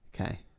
okay